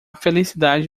felicidade